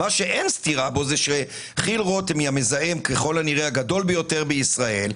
מה שאין סתירה שכי"ל רותם היא המזהם ככל הנראה הגדול ביותר בישראל,